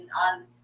on